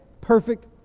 perfect